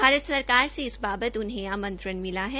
भारत सरकार से इस बावत उन्हें आमंत्रण मिल है